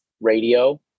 radio